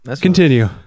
continue